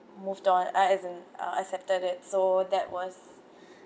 moved on uh as in uh accepted it so that was